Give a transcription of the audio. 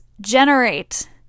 generate